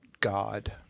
God